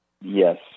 Yes